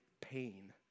pain